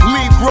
Leave